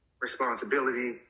responsibility